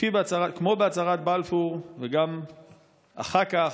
כמו בהצהרת בלפור, וגם אחר כך,